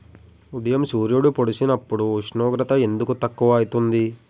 ఉదయం సూర్యుడు పొడిసినప్పుడు ఉష్ణోగ్రత ఎందుకు తక్కువ ఐతుంది?